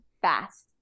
fast